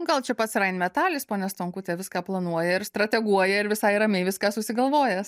gal čia pats rainmetalis ponia stonkute viską planuoja ir strateguoja ir visai ramiai viską susigalvojęs